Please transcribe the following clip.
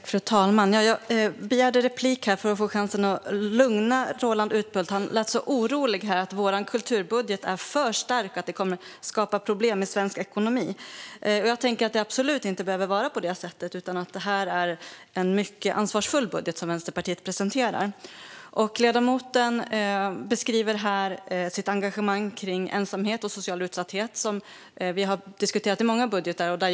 Fru talman! Jag begärde replik för att få chans att lugna Roland Utbult. Han lät så orolig över att vår kulturbudget är för stark och kommer att skapa problem i svensk ekonomi. Jag tänker att det absolut inte behöver vara på detta sätt, utan det är en mycket ansvarsfull budget som Vänsterpartiet har presenterat. Ledamoten beskriver här sitt engagemang kring ensamhet och social utsatthet. Det har vi diskuterat i många budgetdebatter.